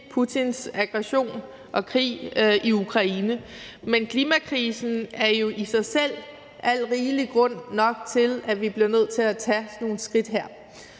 Putins aggression og krig i Ukraine. Men klimakrisen er jo i sig selv al rigelig grund til, at vi bliver nødt til at tage sådan nogle skridt her.